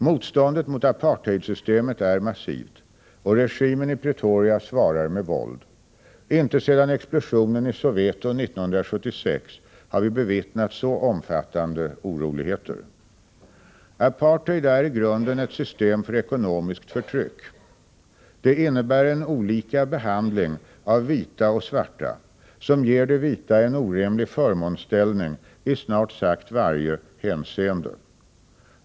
Motståndet mot apartheidsystemet är massivt, och regimen i Pretoria svarar med våld. Inte sedan explosionen i Soweto 1976 har vi bevittnat så omfattande oroligheter. Apartheid är i grunden ett system för ekonomiskt förtryck. Det innebär en olika behandling av vita och svarta som ger de vita en orimlig förmånsställning i snart sagt varje hänseende.